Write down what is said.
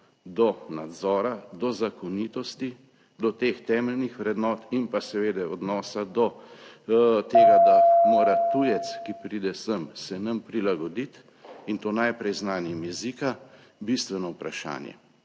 do nadzora, do zakonitosti, do teh temeljnih vrednot in pa seveda odnosa do tega, da mora tujec, ki pride sem, se nam prilagoditi in to najprej z znanjem jezika, bistveno vprašanje,